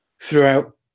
throughout